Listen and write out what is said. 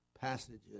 passages